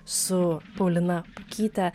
su paulina pukyte